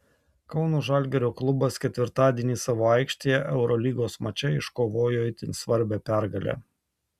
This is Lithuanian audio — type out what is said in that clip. kauno žalgirio klubas ketvirtadienį savo aikštėje eurolygos mače iškovojo itin svarbią pergalę